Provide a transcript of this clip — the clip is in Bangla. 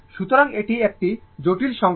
সুতরাং এটি একটি জটিল সংখ্যা